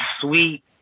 sweet